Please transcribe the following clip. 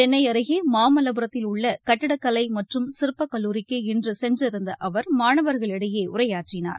சென்னை அருகே மாமல்லபுரத்தில் உள்ள கட்டிடக் கலை மற்றும் சிற்பக் கல்லூரிக்கு இன்று சென்றிருந்த அவர் மாணவர்களிடையே உரையாற்றினார்